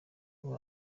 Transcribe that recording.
ubu